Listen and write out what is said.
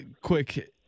quick